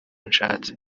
nshatse